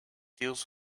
deals